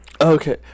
Okay